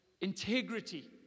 integrity